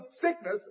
sickness